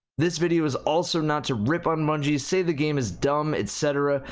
this video is also not to rip on bungie, say the game is dumb, etc.